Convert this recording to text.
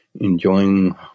enjoying